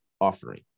offering